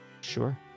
Sure